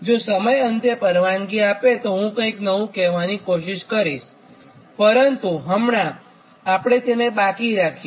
જો સમય અંતે પરવાનગી આપે તો હું કંઈ નવું કહેવાની કોશિશ કરીશ પરંતુ હમણાં આપણે તેને બાકી રાખીએ